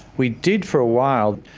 we did for a while.